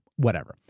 whatever.